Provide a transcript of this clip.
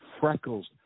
freckles